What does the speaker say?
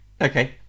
Okay